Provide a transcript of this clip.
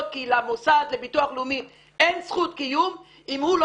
כי למוסד לביטוח לאומי אין זכות קיום אם הוא לא